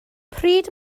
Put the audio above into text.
pryd